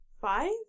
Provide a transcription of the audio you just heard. Five